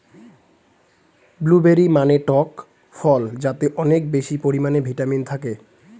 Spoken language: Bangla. ব্লুবেরি মানে টক ফল যাতে অনেক বেশি পরিমাণে ভিটামিন থাকে